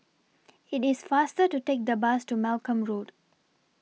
It's faster to Take The Bus to Malcolm Road